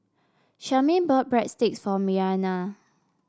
Charmaine bought Breadsticks for Marianna